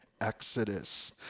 Exodus